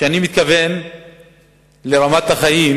כשאני מדבר על רמת החיים